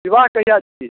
विवाह कहिआ छी